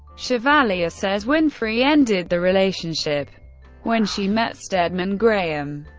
chevalier says winfrey ended the relationship when she met stedman graham.